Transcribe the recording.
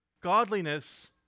godliness